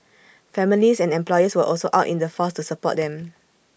families and employers were also out in force to support them